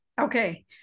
Okay